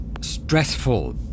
stressful